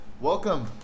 welcome